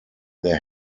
there